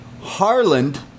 Harland